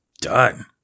done